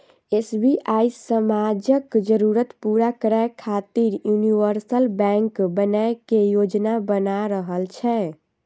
SBI समाजक जरूरत पूरा करै खातिर यूनिवर्सल बैंक बनै के योजना बना रहल छै